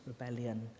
rebellion